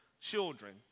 children